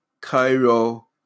Cairo